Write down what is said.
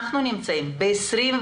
אנחנו נמצאים ב-2021.